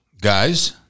Guys